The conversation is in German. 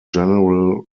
general